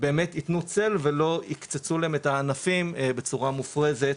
באמת יתנו צל ולא יקצצו להם את הענפים בצורה מופרזת,